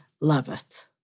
loveth